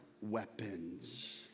weapons